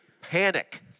panic